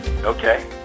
Okay